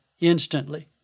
instantly